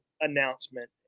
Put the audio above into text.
announcement